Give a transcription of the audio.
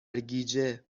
اینکه